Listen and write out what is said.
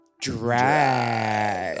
DRAG